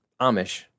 Amish